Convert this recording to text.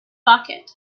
bucket